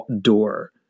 door